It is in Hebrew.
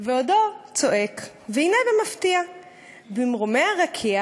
// ועודו צועק, והנה במפתיע / במרומי הרקיע